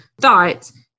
thoughts